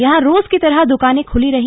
यहां रोज की तरह दुकाने खुली रहीं